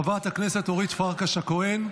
מוותר, חברת הכנסת אורית פרקש הכהן,